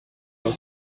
belt